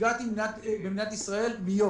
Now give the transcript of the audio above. באגרגטים מיו"ש.